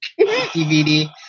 DVD